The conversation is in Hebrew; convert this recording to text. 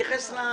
תתייחס לסעיף.